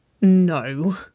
No